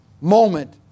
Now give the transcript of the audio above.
moment